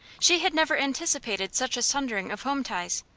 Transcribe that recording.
she had never anticipated such a sundering of home ties,